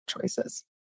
choices